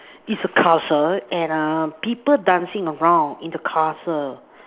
it's a castle and err people dancing around in the castle